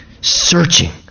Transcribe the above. searching